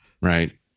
Right